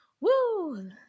woo